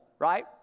right